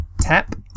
Tap